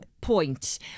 point